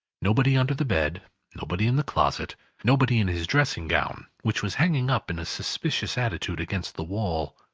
nobody under the bed nobody in the closet nobody in his dressing-gown, which was hanging up in a suspicious attitude against the wall.